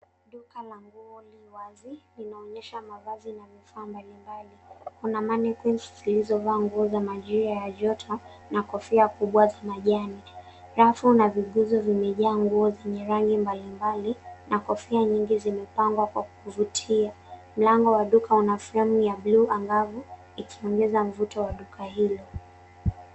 Duka la nguo li wazi, linaonyesha mavazi na vifaa mbalimbali. Kuna manekini zilizovaa nguo za Majira ya joto na kofia kubwa za majani. Rafu na vigezo vimejaa nguo zenye rangi mbalimbali na kofia nyingi zimepangwa kwa kuvutia. Mlango wa duka una fremu ya buluu ambayo ikiongeza mvuto wa duka ile.